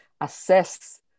assess